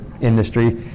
industry